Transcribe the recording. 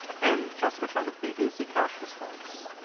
and just return the previously cached response.